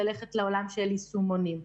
ללכת לעולם של יישומונים.